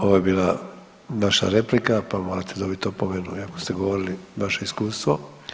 Ovo je bila vaša replika, pa morate dobiti opomenu iako ste govorili vaše iskustvo.